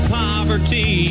poverty